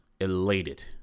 elated